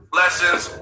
lessons